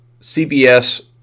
CBS